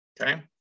okay